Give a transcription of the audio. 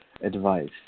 advice